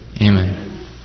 Amen